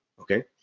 okay